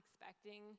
expecting